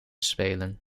spelen